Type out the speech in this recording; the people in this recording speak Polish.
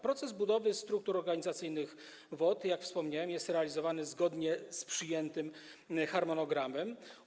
Proces budowy struktur organizacyjnych WOT, jak wspomniałem, przebiega zgodnie z przyjętym harmonogramem.